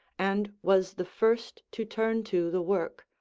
and was the first to turn to the work,